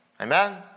Amen